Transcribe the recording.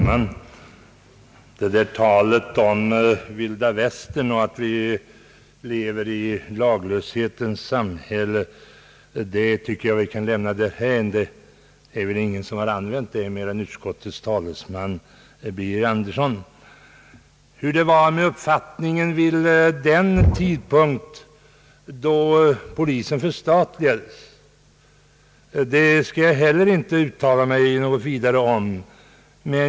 Herr talman! Talet om vilda västern och att vi lever i laglöshetens samhälle tycker jag att vi kan lämna därhän. Ingen har använt dessa uttryck utom utskottets talesman herr Birger Andersson. Vilka uppfattningar som fanns vid den tidpunkt då polisen förstatligades skall jag inte heller uttala mig om.